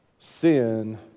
sin